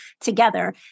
together